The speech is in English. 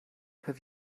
have